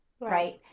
right